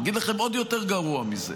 אגיד לכם עוד יותר גרוע מזה,